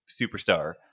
superstar